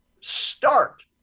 start